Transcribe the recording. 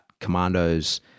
commandos